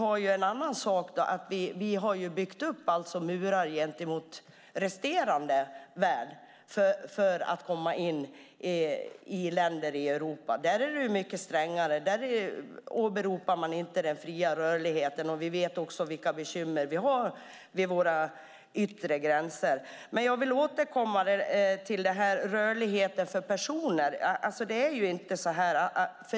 Men vi har byggt upp murar mot resten av världen för dem som vill komma in i länder i Europa. Där är det mycket strängare. Där åberopar man inte den fria rörligheten. Vi vet också vilka bekymmer vi har vid våra yttre gränser. Jag vill återkomma till rörligheten för personer.